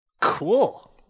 Cool